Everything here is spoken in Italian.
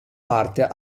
parte